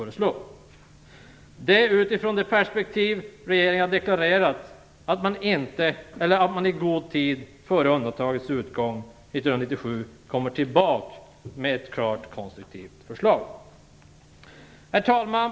Det är utifrån det perspektivet som regeringen har deklarerat att man i god tid före undantagets utgång 1997 kommer tillbaka med ett klart konstruktivt förslag. Herr talman!